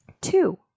Two